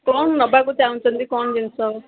କ'ଣ ନବାକୁ ଚାହୁଁଛନ୍ତି କ'ଣ ଜିନିଷ